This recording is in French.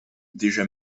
déjà